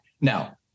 Now